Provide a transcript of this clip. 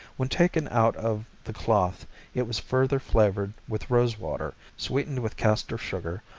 when taken out of the cloth it was further flavored with rose water, sweetened with castor sugar,